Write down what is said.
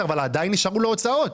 אבל עדיין נשארו לו הוצאות.